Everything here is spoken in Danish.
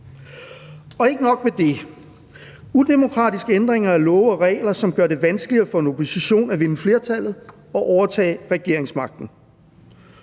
for der er også udemokratiske ændringer af love og regler, som gør det vanskeligere for en opposition at vinde flertallet og overtage regeringsmagten.